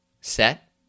Set